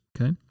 Okay